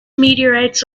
meteorites